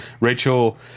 Rachel